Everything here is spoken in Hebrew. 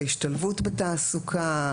ההשתלבות בתעסוקה,